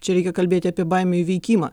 čia reikia kalbėti apie baimių įveikimą